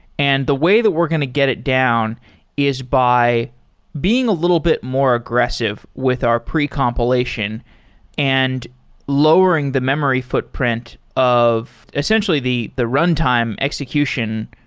and the way that we're going to get it down is by being a little bit more aggressive with our pre-compilation and lowering the memory footprint of essentially the the runtime execution,